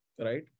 Right